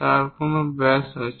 তার কোন ব্যাস আছে